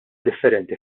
differenti